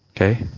Okay